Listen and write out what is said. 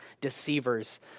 deceivers